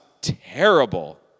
terrible